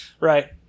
Right